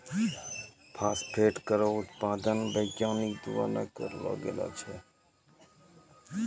phosphate केरो उत्पादन वैज्ञानिक द्वारा करलो गेलो छै